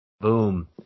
Boom